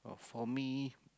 for me